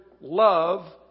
love